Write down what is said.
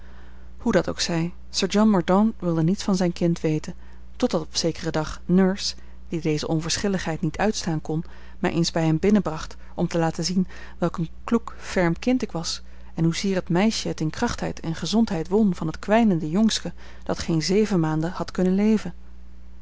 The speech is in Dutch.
hoe dat ook zij sir john mordaunt wilde niets van zijn kind weten totdat op zekeren dag nurse die deze onverschilligheid niet uitstaan kon mij eens bij hem binnenbracht om te laten zien welk een kloek ferm kind ik was en hoezeer het meisje het in kracht en gezondheid won van het kwijnende jongske dat geen zeven maanden had kunnen leven